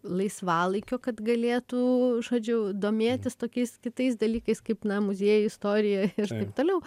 laisvalaikio kad galėtų žodžiu domėtis tokiais kitais dalykais kaip na muziejų istorija ir taip toliau